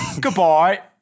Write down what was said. Goodbye